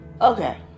Okay